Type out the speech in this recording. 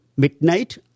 Midnight